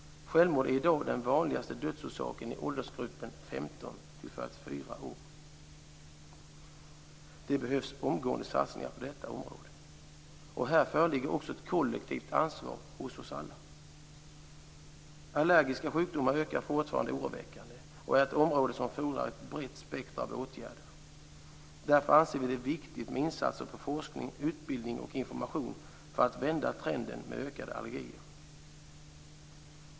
Självmord är i dag den vanligaste dödsorsaken i åldersgruppen 15-44 år. Det behövs omgående satsningar på detta område. Här föreligger också ett kollektivt ansvar hos oss alla. Allergiska sjukdomar ökar fortfarande oroväckande och är ett område som fordrar ett brett spektrum av åtgärder. Därför anser vi att det är viktigt med insatser på forskning, utbildning och information för att vända trenden med ökade allergier.